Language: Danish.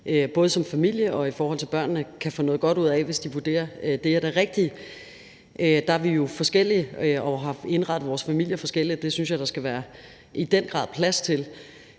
både som familie og i forhold til børnene kan få noget godt ud af, hvis de vurderer, at det er det rigtige. Der er vi jo forskellige og har indrettet vores familier forskelligt, og det synes jeg der i den grad skal